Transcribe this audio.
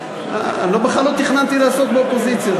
בכלל לא תכננתי לעסוק באופוזיציה,